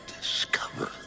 discover